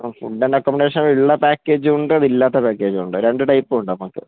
ആ food and accommodation ഉള്ള package ഉണ്ട് അത് ഇല്ലാത്ത പക്കമേജും ഉണ്ട് രണ്ട് ടൈപ്പും ഉണ്ട് നമുക്ക്